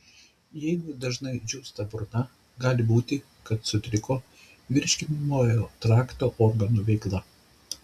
jeigu dažnai džiūsta burna gali būti kad sutriko virškinamojo trakto organų veikla